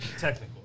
Technical